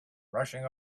rushing